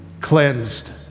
cleansed